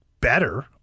better